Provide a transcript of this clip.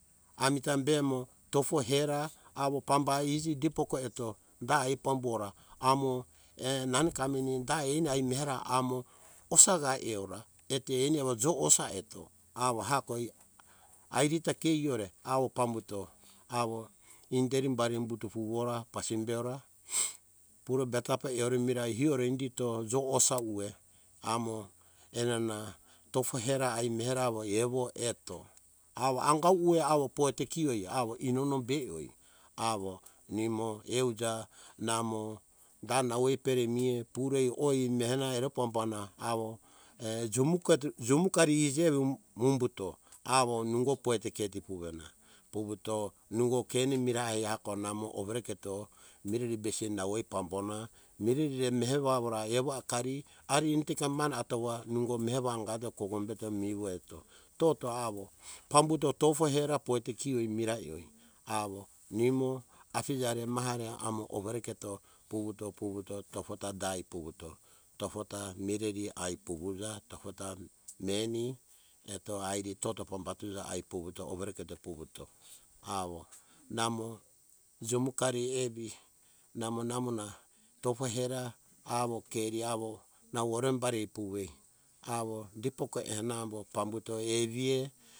Amita be amo tofo hera awo pambai iji depori eto, da ai pambora amo nameni kameni da eni ai mera amo osaga eora eto eni amo jo osa eto awo aririta ke eriri ta ke eore awo pambuto awo inderi bari humbuto vuvuto pasimbeora pure betapa eore mirai eore indito jo osa ue amo enana tofo hera ai mera awo evo eto awo anga ue awo pojeto kioe inono be oe awo nimo euja namo da nau eh pere mi eh oure e oeh meana ere pamuana awo jimokar ija awo humbuto awo ningo pojeto keti ueh vuvena, vuvuto ningo kene mirai eh heako namo overeketo mireri besi nau eh pambona, mireri re meva awora evo akari arri enite kanite mane atova nogo meva angato eto koko be eto mivo eto toto awo pambuto tofo hera awo pojeto kio mirai oe, awo nimo afija re maha re amo overeketo vuvuto - vuvuto tofota dai vuvuto, tofota mireri ai vuvuto tofota meni eto aeri toto pambatuja ai overeketo vuvuto awo namo jumokari evi namo nauha tofo hera awo keri awo nau horembari ai vuvei awo dipori ena avambo pambuto evi eh